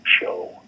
Show